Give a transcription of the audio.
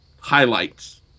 highlights